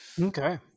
Okay